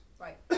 Right